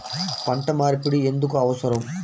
పంట మార్పిడి ఎందుకు అవసరం?